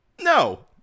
no